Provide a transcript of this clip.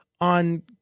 on